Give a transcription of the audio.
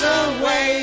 away